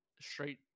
straight